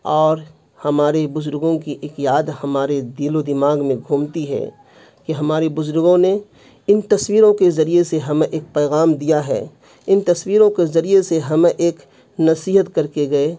اور ہمارے بزرگوں کی اک یاد ہمارے دل و دماغ میں گھومتی ہے کہ ہمارے بزرگوں نے ان تصویروں کے ذریعے سے ہمیں ایک پیغام دیا ہے ان تصویروں کے ذریعے سے ہمیں ایک نصیحت کر کے گئے